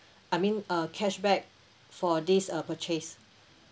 I mean uh cashback for this uh purchase